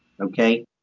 Okay